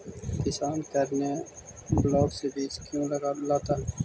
किसान करने ब्लाक से बीज क्यों लाता है?